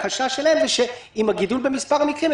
החשש שלהם הוא שעם הגידול במספר המקרים,